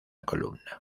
columna